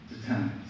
determines